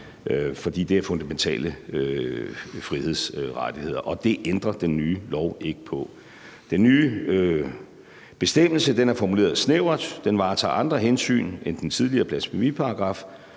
fordi det er fundamentale frihedsrettigheder, og det ændrer den nye lov ikke på. Den nye bestemmelse er formuleret snævert. Den varetager andre hensyn end den tidligere blasfemiparagraf,